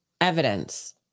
evidence